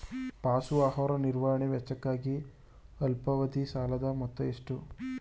ಪಶು ಆಹಾರ ನಿರ್ವಹಣೆ ವೆಚ್ಚಕ್ಕಾಗಿ ಅಲ್ಪಾವಧಿ ಸಾಲದ ಮೊತ್ತ ಎಷ್ಟು?